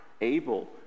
able